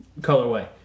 colorway